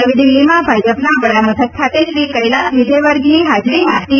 નવી દિલ્હીમાં ભાજપના વડામથક ખાતે શ્રી કેલાસ વિજયવર્ગીયની હાજરીમાં ટી